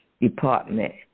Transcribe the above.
department